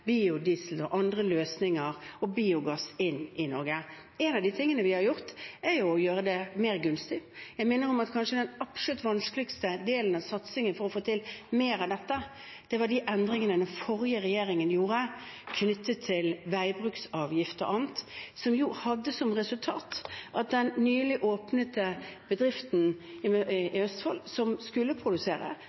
biodiesel og andre løsninger og biogass inn i Norge. En av de tingene vi har gjort, er å gjøre det mer gunstig. Jeg minner om at den kanskje absolutt vanskeligste delen av satsingen for å få til mer av dette var de endringene den forrige regjeringen gjorde knyttet til veibruksavgift og annet, som jo hadde som resultat at den nylig åpnede bedriften i Østfold som skulle produsere,